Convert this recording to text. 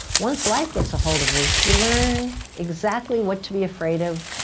once life gets a hold of you, you learn exactly what to be afraid of,